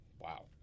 Wow